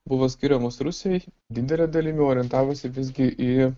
buvo skiriamos rusijai didele dalimi orientavosi visgi į